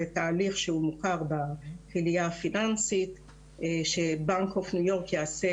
זה תהליך שמוכר בקהילייה הפיננסית ש-bank of new York יעשה